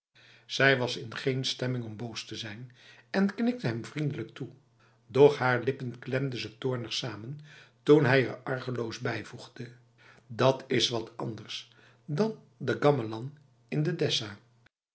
zij was in geen stemming om boos te zijn en knikte hem vriendelijk toe doch haar lippen klemde ze toornig samen toen hij er argeloos bijvoegde dat is wat anders dan de gamelan in de desa